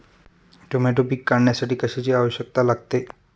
Tomato पीक काढण्यासाठी कशाची आवश्यकता लागते?